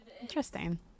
Interesting